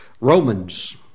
Romans